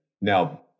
Now